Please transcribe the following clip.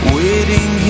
waiting